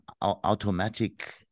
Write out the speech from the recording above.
automatic